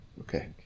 Okay